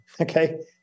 okay